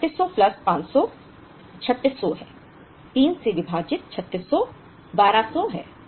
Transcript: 3100 plus 500 3600 है 3 से विभाजित 3600 1200 है